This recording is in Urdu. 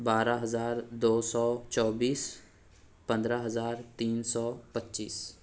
بارہ ہزار دو سو چوبیس پندرہ ہزار تین سو پچیس